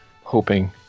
hoping